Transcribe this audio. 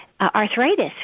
arthritis